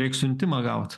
reiks siuntimą gaut